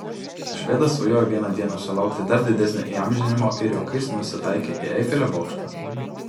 švedas svajoja vieną dieną sulaukti dar didesnio įamžinimo ir juokais nusitaikė į eifelio bokštą